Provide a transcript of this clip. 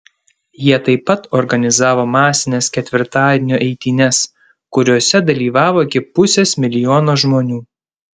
jie taip pat organizavo masines ketvirtadienio eitynes kuriose dalyvavo iki pusės milijono žmonių